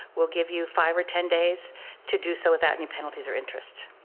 we'll give you five or ten days to do so without any penalties or interest.